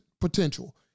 potential